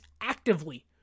actively